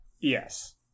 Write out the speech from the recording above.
yes